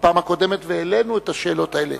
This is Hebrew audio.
בפעם הקודמת, והעלינו את השאלות האלה.